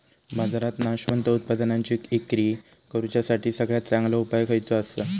बाजारात नाशवंत उत्पादनांची इक्री करुच्यासाठी सगळ्यात चांगलो उपाय खयचो आसा?